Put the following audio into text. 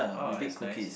oh that's nice